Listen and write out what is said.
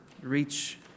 reach